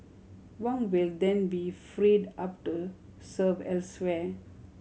Wong will then be freed up to serve elsewhere